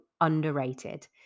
underrated